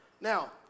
Now